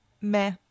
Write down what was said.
meh